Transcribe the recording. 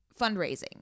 fundraising